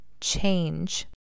change